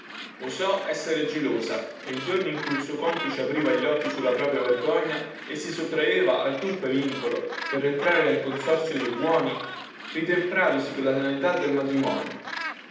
oneste osò esser gelosa il giorno in cui il suo complice apriva gli occhi sulla propria vergogna e si sottraeva al turpe vincolo per rientrare nel consorzio dei buoni ritemprandosi colla santità del matrimonio